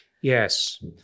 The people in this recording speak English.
Yes